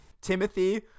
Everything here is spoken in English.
timothy